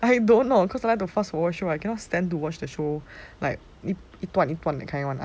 I don't know hor cause I to fast forward the show I cannot stand to watch the show like 一段一段 that kind [one]